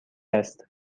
است